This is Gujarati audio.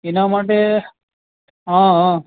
એના માટે હં હં